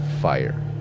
fire